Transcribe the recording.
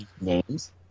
names